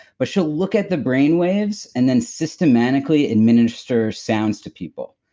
but she'll look at the brain waves and then systematically administer sounds to people.